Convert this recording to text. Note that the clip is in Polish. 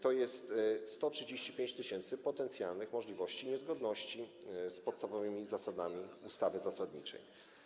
To jest 135 tys. potencjalnych możliwych niezgodności z podstawowymi zasadami ustawy zasadniczej.